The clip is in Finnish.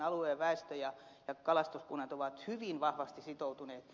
alueen väestö ja kalastuskunnat ovat hyvin vahvasti sitoutuneet